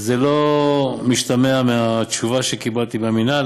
זה לא משתמע מהתשובה שקיבלתי מהמינהל.